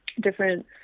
different